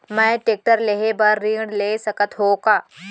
मैं टेकटर लेहे बर ऋण ले सकत हो का?